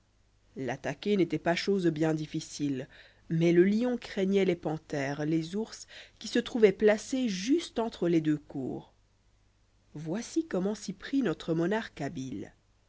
l'attaquer n'étoit pas chose bien difficile mais le lion craignoit les panthères les ours qui se trouvoient placés juste entre les deux cours voici comment s'y prit notre monarque habile